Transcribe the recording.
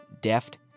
deft